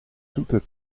zoeter